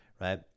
right